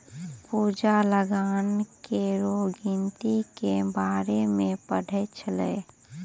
पूजा लगान केरो गिनती के बारे मे पढ़ै छलै